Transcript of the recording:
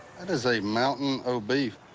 and is a mountain o' beef.